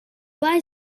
buy